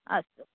अस्तु